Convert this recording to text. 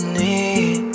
need